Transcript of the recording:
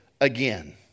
again